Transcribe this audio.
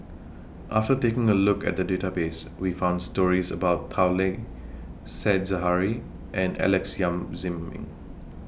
after taking A Look At The Database We found stories about Tao Li Said Zahari and Alex Yam Ziming